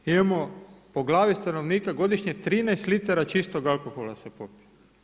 Imamo po glavi stanovnika godišnje 13 litara čistog alkohola se popije.